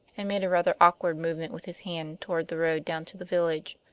and made a rather awkward movement with his hand toward the road down to the village.